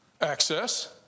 Access